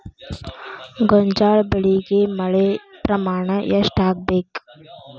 ಗೋಂಜಾಳ ಬೆಳಿಗೆ ಮಳೆ ಪ್ರಮಾಣ ಎಷ್ಟ್ ಆಗ್ಬೇಕ?